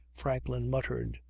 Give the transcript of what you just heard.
franklin muttered,